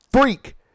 freak